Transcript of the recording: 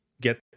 get